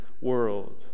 world